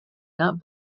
not